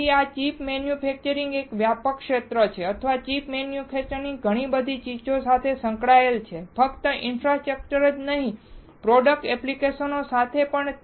તેથી આ chip manufacturing એક વ્યાપક ક્ષેત્ર છે અથવા ચિપ મેન્યુફેક્ચરર ઘણી બધી ચીજો સાથે સંકળાયેલ છે જે ફક્ત ઇન્ફ્રાસ્ટ્રક્ચર જ નહીં પણ પ્રોડક્ટ એપ્લિકેશનો સાથે પણ છે